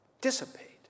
dissipate